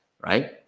right